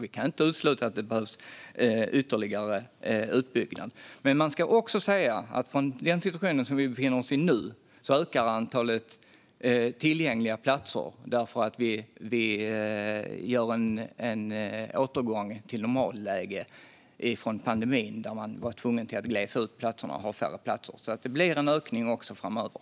Vi kan inte utesluta att det behövs ytterligare utbyggnad. Men man ska också säga att från den situation som vi befinner oss i nu ökar antalet tillgängliga platser. Vi gör en återgång till normalläge från pandemin där man var tvungen att glesa ut platserna och ha färre platser. Det blir en ökning också framöver.